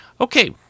Okay